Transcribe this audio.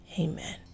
Amen